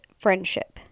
friendship